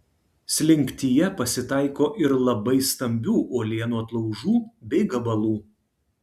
slinktyje pasitaiko ir labai stambių uolienų atlaužų bei gabalų